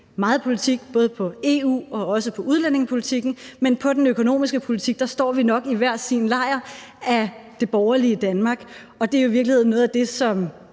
meget politik, både i forhold til EU og til udlændingepolitikken, men i forhold til den økonomiske politik står vi nok i hver sin lejr i det borgerlige Danmark. Og det er jo i virkeligheden noget af det, som